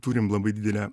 turim labai didelę